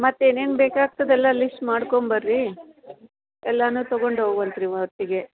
ಮತ್ತು ಇನ್ನೇನು ಬೇಕಾಗ್ತದೆ ಎಲ್ಲ ಲಿಶ್ಟ್ ಮಾಡ್ಕೊಂಡ್ಬರ್ರೀ ಎಲ್ಲಾನು ತಗೊಂಡು ಹೋಗುವಂತ್ರಿ ಒಟ್ಟಿಗೆ